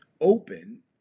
open